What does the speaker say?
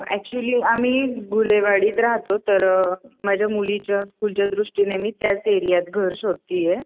actually आम्ही घुलेवाडीत राहतो तर माझ्या मुलीच्या स्कूलच्या दृष्टीने मी त्याच एरियात घर शोधत आहे